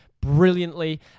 brilliantly